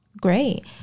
Great